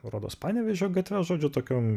rodos panevėžio gatve žodžiu tokiom